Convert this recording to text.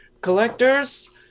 Collectors